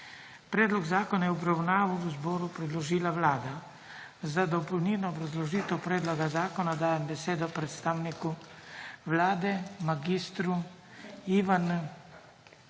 Predlog zakona je v obravnavo zboru predložila Vlada. Za dopolnilno obrazložitev predloga zakona dajem besedo predstavniku Vlade, mag. Andreju